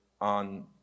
on